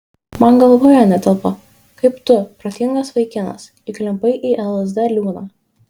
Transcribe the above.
man galvoje netelpa kaip tu protingas vaikinas įklimpai į lsd liūną